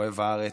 אוהב הארץ,